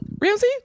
ramsey